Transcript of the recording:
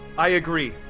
i agree.